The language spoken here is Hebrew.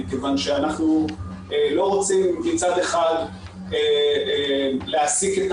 מכיוון שאנחנו לא רוצים מצד אחד להעסיק את